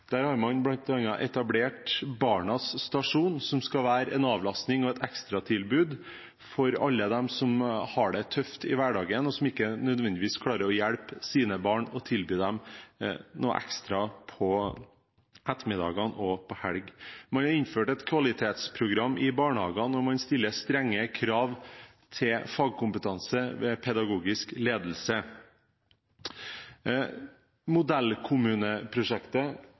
Der har man bl.a. etablert Barnas Stasjon, som skal være en avlastning og et ekstratilbud for alle dem som har det tøft i hverdagen, og som ikke nødvendigvis klarer å hjelpe sine barn og tilby dem noe ekstra på ettermiddagene og i helgene. Man har innført et kvalitetsprogram i barnehagene, og man stiller strenge krav til fagkompetanse ved pedagogisk ledelse. Modellkommuneprosjektet,